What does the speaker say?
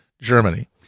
Germany